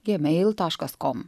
gėmeil taškas kom